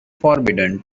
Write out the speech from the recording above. forbidden